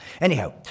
Anyhow